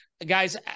Guys